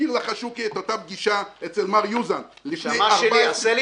אזכיר לך את הפגישה אצל מר- -- עשה לי